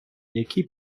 який